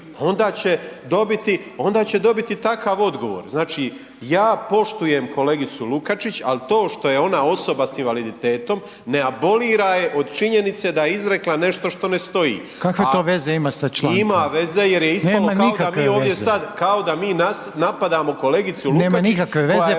onda će dobiti takav odgovor. Znači ja poštujem kolegicu Lukačić ali to što je ona osoba sa invaliditetom ne abolira je od činjenice da je izrekla nešto što ne stoji. …/Upadica Reiner: Kakve to veze ima sa člankom?/… Ima veze jer je ispalo kao da mi napadamo … …/Upadica Reiner: To nema